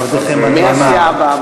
עבדכם הנאמן.